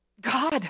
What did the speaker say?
god